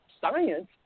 science